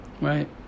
Right